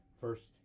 first